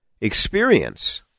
experience